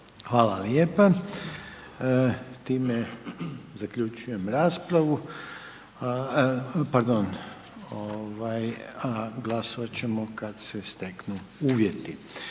Hvala lijepo. Time zaključujem raspravu o ovoj točci, a glasovat ćemo o njoj kad se steknu uvjeti.